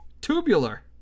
Tubular